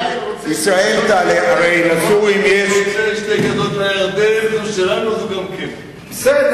אני רוצה שתי גדות לירדן, הן שלנו, בסדר.